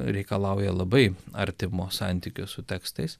reikalauja labai artimo santykio su tekstais